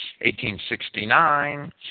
1869